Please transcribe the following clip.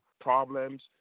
problems